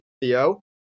Theo